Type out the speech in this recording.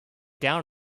down